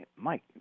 Mike